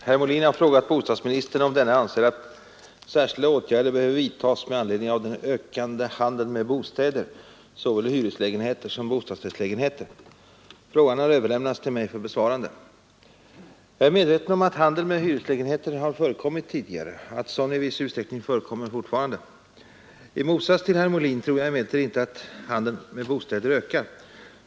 Herr talman! Herr Molin har frågat bostadsministern om denne anser att särskilda åtgärder behöver vidtas med anledning av den ökande handeln med bostäder, såväl hyreslägenheter som bostadsrättslägenheter. Frågan har överlämnats till mig för besvarande. Jag är medveten om att handel med hyreslägenheter förekommit tidigare och att sådan i viss utsträckning alltjämt förekommer. I motsats till herr Molin tror jag emellertid inte att denna handel ökar.